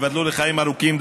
שייבדלו לחיים ארוכים,